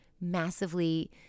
massively